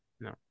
No